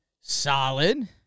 solid